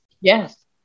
Yes